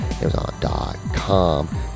Amazon.com